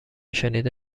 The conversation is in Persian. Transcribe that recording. شنیده